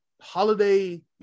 Holiday